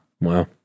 wow